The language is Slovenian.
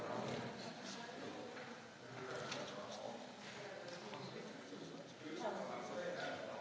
Hvala.